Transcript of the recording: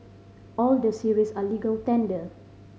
all the series are legal tender